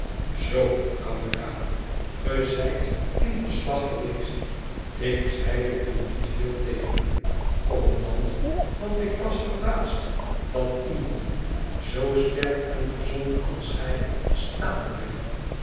zoo kameraad ge zijt in den slag geweest ik zeide toen niet veel tegen u kommandant want ik was verbaasd dat iemand zoo sterk en gezond als gij staan bleef